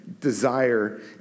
desire